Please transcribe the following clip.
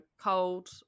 cold